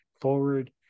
forward